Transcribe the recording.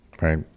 Right